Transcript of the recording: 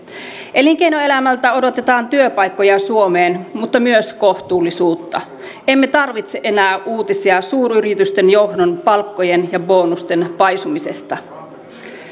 elinkeinoelämältä odotetaan työpaikkoja suomeen mutta myös kohtuullisuutta emme tarvitse enää uutisia suuryritysten johdon palkkojen ja bonusten paisumisesta